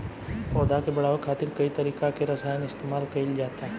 पौधा के बढ़ावे खातिर कई तरीका के रसायन इस्तमाल कइल जाता